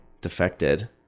defected